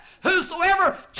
Whosoever